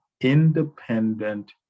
independent